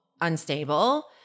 unstable